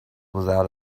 without